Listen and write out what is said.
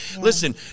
Listen